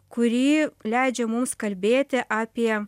kuri leidžia mums kalbėti apie